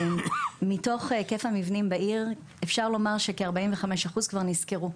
מתוך היקף המבנים בעיר אפשר לומר שכ-45 אחוזים כבר נסקרו.